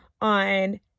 on